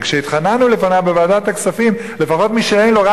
כשהתחננו בפניו בוועדת הכספים: לפחות מי שאין לו,